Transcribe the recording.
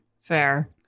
fair